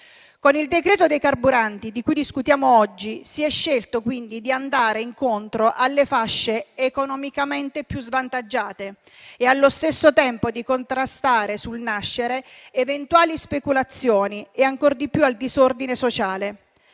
in materia di carburanti di cui discutiamo oggi si è scelto, quindi, di andare incontro alle fasce economicamente più svantaggiate e allo stesso tempo di contrastare sul nascere eventuali speculazioni e ancor di più il disordine sociale.